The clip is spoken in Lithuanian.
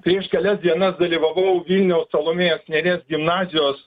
prieš kelias dienas dalyvavau vilniaus salomėjos nėries gimnazijos